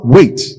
Wait